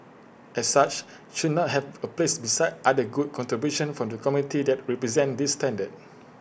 as such should not have A place beside other good contributions from the community that represent this standard